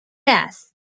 است